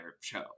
show